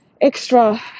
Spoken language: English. extra